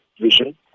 vision